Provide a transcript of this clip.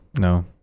No